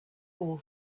all